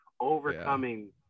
overcoming